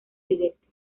directos